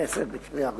בכנסת בקריאה ראשונה.